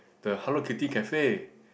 the Hello-Kitty cafe